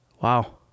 Wow